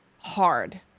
hard